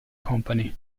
company